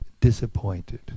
disappointed